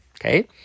Okay